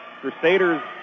Crusaders